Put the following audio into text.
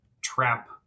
Trap